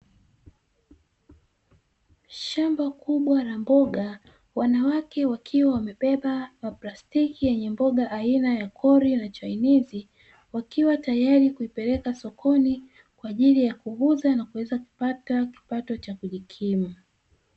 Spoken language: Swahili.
Shamba kubwa la mboga, wanawake wakiwa wamebeba maplastiki yenye na mboga aina ya a korio na chainizi. Wakiwa tayari kupeleka sokoni kwa ajili kuuza na kupata kipato cha kujikimu.